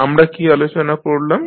আমরা কী আলোচনা করলাম